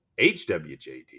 hwjd